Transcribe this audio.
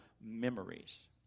memories